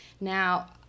Now